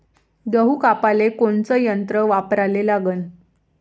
गहू कापाले कोनचं यंत्र वापराले लागन?